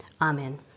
Amen